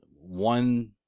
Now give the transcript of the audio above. One